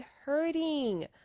hurting